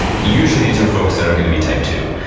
usually these are folks that are going to be type two.